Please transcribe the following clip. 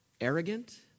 arrogant